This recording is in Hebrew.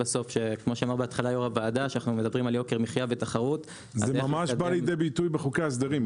כשמדברים על יוקר מחיה- -- זה ממש בא לידי ביטוי בחוקי ההסדרים.